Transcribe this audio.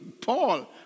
Paul